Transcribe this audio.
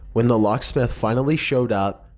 when the lock smith finally showed up,